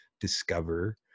discover